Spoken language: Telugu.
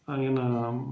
అయినా